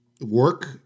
work